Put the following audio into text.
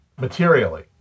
materially